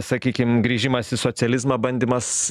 sakykim grįžimas į socializmą bandymas